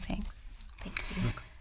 thanks